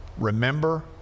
Remember